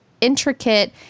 intricate